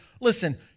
Listen